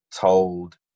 told